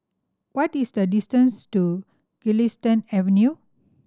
what is the distance to Galistan Avenue